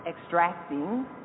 extracting